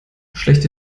schlechte